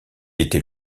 était